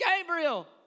Gabriel